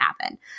happen